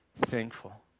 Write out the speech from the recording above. thankful